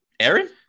Aaron